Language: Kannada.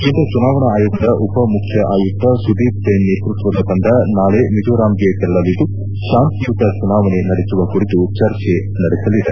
ಕೇಂದ್ರ ಚುನಾವಣಾ ಆಯೋಗದ ಉಪಮುಖ್ಯ ಆಯುಕ್ತ ಸುದೀಪ್ ಜೈನ್ ನೇತೃಕ್ಷದ ತಂಡ ನಾಳೆ ಮಿಜೋರಾಂಗೆ ತೆರಳಿಲಿದ್ದು ಶಾಂತಿಯುತ ಚುನಾವಣೆ ನಡೆಸುವ ಕುರಿತು ಚರ್ಚೆ ನಡೆಸಲಿದೆ